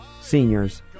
seniors